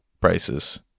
prices